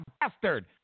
bastard